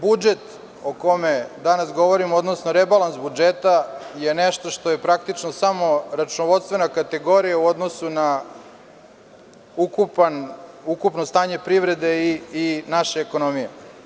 Budžet o kome danas govorimo, odnosno rebalans budžeta je nešto što je praktično samo računovodstvena kategorija u odnosu na ukupno stanje privrede i naše ekonomije.